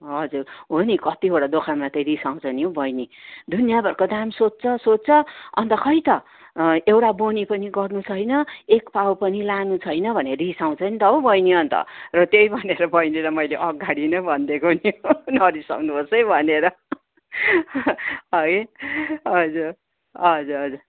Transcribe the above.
हजुर हो नि कतिवटा दोकानमा त रिसाउँछ नि हौ बहिनी दुनियाँ भरको दाम सोध्छ सोध्छ अन्त खै त एउटा बोनी पनि गर्नु छैन एक पावा पनि लानु छैन भनेर रिसाउँछ त हौ बहिनी अन्त र त्यही भनेर बहिनीलाई मैले अघाडि नै भनिदिएको नि नरिसाउनु होस् है भनेर है हजुर हजुर हजुर